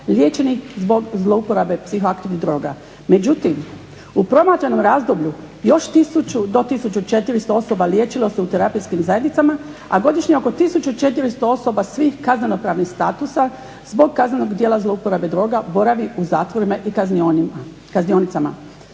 liječenih zbog zlouprabe psihoaktivnih droga. Međutim u promatranom razdoblju još tisuću do tisuću 400 osoba liječilo se u terapijskim zajednicama, a godišnje oko tisuću 400 osoba svih kaznenopravnih statusa zbog kaznenog djela zlouporabe droga boravi u zatvorima i kaznionicama.